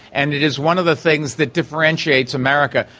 and it is one of the things that differentiates america.